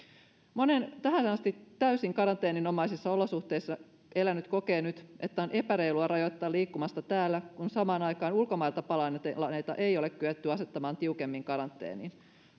moni tähän asti täysin karanteeninomaisissa olosuhteissa elänyt kokee nyt että on epäreilua rajoittaa liikkumista täällä kun samaan aikaan ulkomailta palanneita ei ole kyetty asettamaan tiukemmin karanteeniin